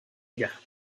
ella